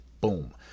boom